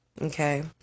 okay